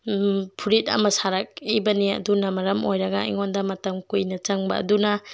ꯐꯨꯔꯤꯠ ꯑꯃ ꯁꯥꯔꯛꯏꯕꯅꯤ ꯑꯗꯨꯅ ꯃꯔꯝ ꯑꯣꯏꯔꯒ ꯑꯩꯉꯣꯟꯗ ꯃꯇꯝ ꯀꯨꯏꯅ ꯆꯪꯕ ꯑꯗꯨꯅ